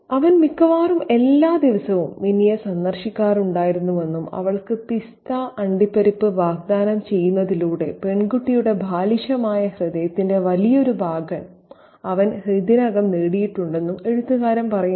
അവൻ മിക്കവാറും എല്ലാ ദിവസവും മിനിയെ സന്ദർശിക്കാറുണ്ടായിരുന്നുവെന്നും അവൾക്ക് പിസ്ത അണ്ടിപ്പരിപ്പ് വാഗ്ദാനം ചെയ്യുന്നതിലൂടെ പെൺകുട്ടിയുടെ ബാലിശമായ ഹൃദയത്തിന്റെ വലിയൊരു ഭാഗം അവൻ ഇതിനകം നേടിയിട്ടുണ്ടെന്നും എഴുത്തുകാരൻ പറയുന്നു